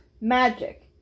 magic